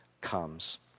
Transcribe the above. comes